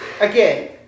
again-